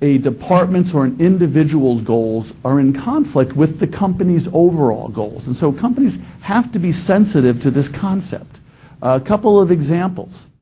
a department's or an individual's goals are in conflict with the company's overall goals, and so companies have to be sensitive to this concept. a couple of examples,